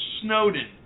Snowden